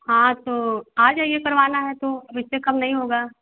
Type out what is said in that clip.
हाँ तो आ जाइए करवाना है तो अब इससे कम नहीं होगा